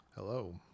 Hello